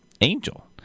angel